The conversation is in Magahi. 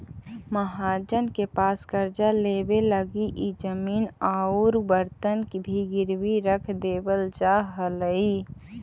महाजन के पास कर्जा लेवे लगी इ जमीन औउर बर्तन भी गिरवी रख देवल जा हलई